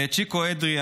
לצ'יקו אדרי,